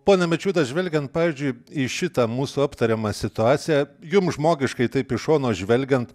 pone mačiūda žvelgiant pavyzdžiui į šitą mūsų aptariamą situaciją jums žmogiškai taip iš šono žvelgiant